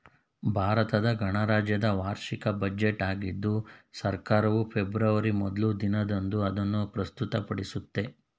ಭಾರತ ಗಣರಾಜ್ಯದ ವಾರ್ಷಿಕ ಬಜೆಟ್ ಆಗಿದ್ದು ಸರ್ಕಾರವು ಫೆಬ್ರವರಿ ಮೊದ್ಲ ದಿನದಂದು ಅದನ್ನು ಪ್ರಸ್ತುತಪಡಿಸುತ್ತೆ